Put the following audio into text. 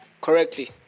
correctly